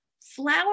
flower